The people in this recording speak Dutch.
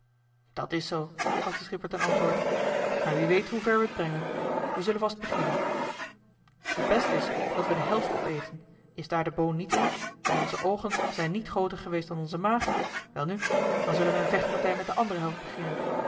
dat is zoo gaf de schipper ten antwoord maar wie weet hoe ver we t brengen we zullen vast beginnen t best is dat we de helft opeten is daar de boon niet in en onze oogen zijn niet grooter geweest dan onze maag welnu dan zullen we een vechtpartij met de andere helft beginnen